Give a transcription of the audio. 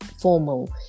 formal